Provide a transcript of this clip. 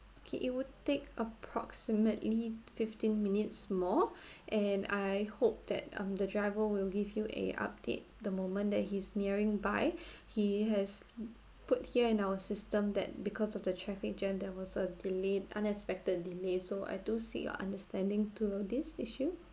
okay it would take approximately fifteen minutes more and I hope that um the driver will give you a update the moment that he's nearing by he has put here in our system that because of the traffic jam there was a delay unexpected delay so I do seek your understanding to this issue